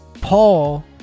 Paul